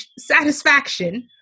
satisfaction